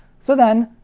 so then,